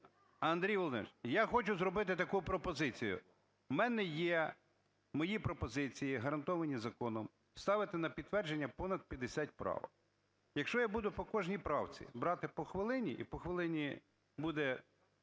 Андрій Володимирович, я хочу зробити таку пропозицію. В мене є мої пропозиції, гарантовані законом, ставити на підтвердження понад п'ятдесят правок. Якщо я буду по кожній правці брати по хвилині і по хвилині буде